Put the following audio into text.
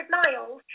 miles